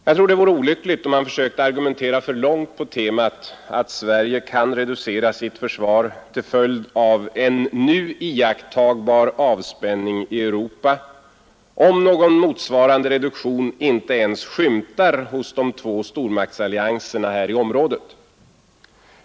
Jag tror att det vore olyckligt om man försökte att argumentera för långt på temat att Sverige kan reducera sitt försvar till följd av en nu iakttagbar avspänning i Europa, om någon motsvarande reduktion inte ens skymtar hos de två stormaktsallianserna här i området.